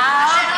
אה, אוקיי.